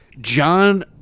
John